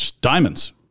Diamonds